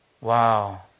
Wow